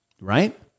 Right